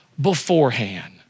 beforehand